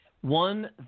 One